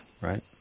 right